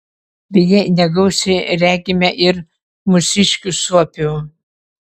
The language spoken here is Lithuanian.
beje negausiai regime ir mūsiškių suopių